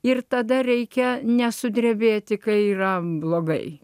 ir tada reikia nesudrebėti kai yra blogai